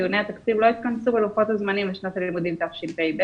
דיוני התקציב לא התכנסו בלוחות הזמנים לשנת הלימודים תשפ"ב